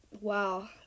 Wow